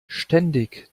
ständig